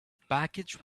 package